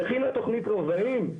והכינה תכנית רובעים,